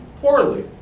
poorly